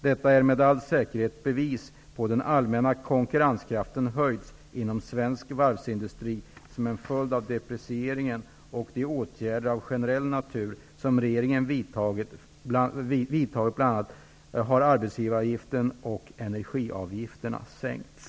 Detta är med all säkerhet ett bevis på att den allmänna konkurrenskraften höjts inom svensk varvsindustri som en följd av deprecieringen och de åtgärder av generell natur som regeringen vidtagit, bl.a. har arbetsgivar och energiavgifterna sänkts.